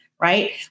right